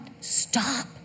stop